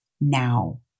now